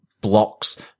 blocks